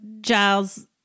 Giles